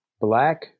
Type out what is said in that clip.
Black